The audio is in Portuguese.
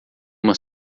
uma